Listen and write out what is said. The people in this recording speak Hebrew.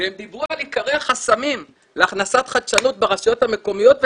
והם דיברו על עיקרי החסמים להכנסת חדשנות ברשויות המקומיות,